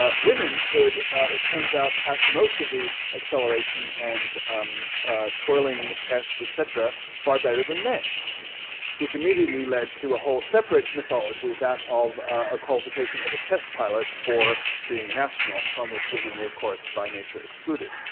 ah women could it turns out pass most of the acceleration and twirling tests, etcetera far better than men which immediately led to a whole separate mythology, that of a qualification as a test pilot for being an astronaut from which women were, of course by nature, excluded.